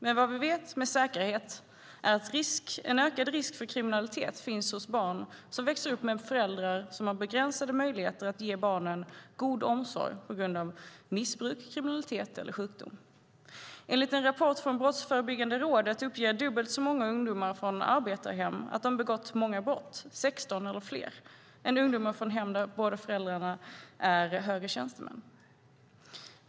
Men vad vi vet med säkerhet är att det finns en ökad risk för kriminalitet hos barn som växer upp med föräldrar som har begränsade möjligheter att ge barnen god omsorg på grund av missbruk, kriminalitet eller sjukdom. Enligt en rapport från Brottsförebyggande rådet uppger dubbelt så många ungdomar från arbetarhem att de begått många brott, 16 eller fler, än ungdomar från hem där båda föräldrarna är högre tjänstemän.